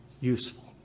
useful